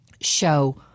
show